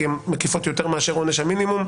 כי הן מקיפות יותר מאשר עונש המינימום.